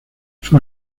sus